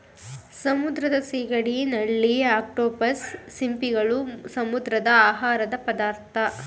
ಸಮುದ್ರದ ಸಿಗಡಿ, ನಳ್ಳಿ, ಅಕ್ಟೋಪಸ್, ಸಿಂಪಿಗಳು, ಸಮುದ್ರದ ಆಹಾರದ ಪದಾರ್ಥ